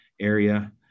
area